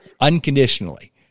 unconditionally